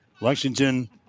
Lexington